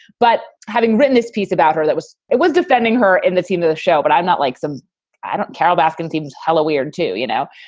but having written this piece about her, that was it was defending her in the scene of the show. but i'm not like some i don't carol baskin themes halloway or to you know,